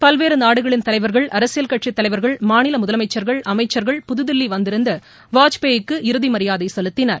பல்வேறு நாடுகளின் தலைவர்கள் அரசியல் கட்சித் தலைவர்கள் மாநில முதலமைச்சர்கள் அமைச்சர்கள் புதுதில்லி வந்திருந்து வாஜ்பாய்க்கு இறுதி மரியாதை செலுத்தினர்